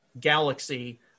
galaxy